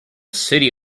city